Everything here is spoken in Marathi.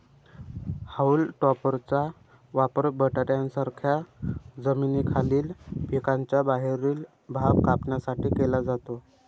हाऊल टॉपरचा वापर बटाट्यांसारख्या जमिनीखालील पिकांचा बाहेरील भाग कापण्यासाठी केला जातो